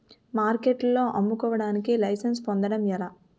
మార్కెట్లో అమ్ముకోడానికి లైసెన్స్ పొందడం ఎలా?